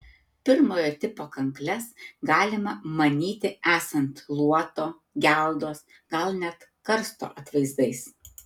pirmojo tipo kankles galima manyti esant luoto geldos gal net karsto atvaizdais